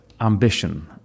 ambition